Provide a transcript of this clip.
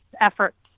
efforts